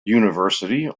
university